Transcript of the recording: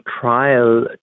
trial